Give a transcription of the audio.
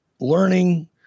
learning